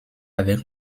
avec